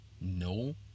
No